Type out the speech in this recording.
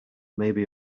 maybe